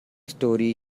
story